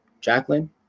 Jacqueline